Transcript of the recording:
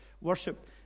worship